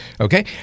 Okay